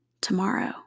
tomorrow